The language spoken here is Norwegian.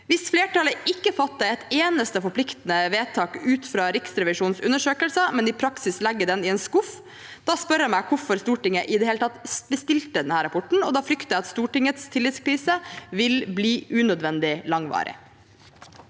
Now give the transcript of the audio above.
Hvis flertallet ikke fatter et eneste forpliktende vedtak ut fra Riksrevisjonens undersøkelse, men i praksis legger den i en skuff, spør jeg meg hvorfor Stortinget i det hele tatt bestilte denne rapporten – og da frykter jeg at Stortingets tillitskrise vil bli unødvendig langvarig.